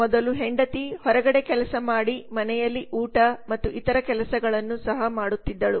ಮೊದಲು ಹೆಂಡತಿ ಹೊರಗಡೆ ಕೆಲಸ ಮಾಡಿ ಮನೆಯಲ್ಲಿ ಊಟ ಮತ್ತು ಇತರ ಕೆಲಸಗಳನ್ನು ಸಹ ಮಾಡುತ್ತಿದ್ದರು